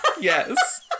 yes